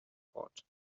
fort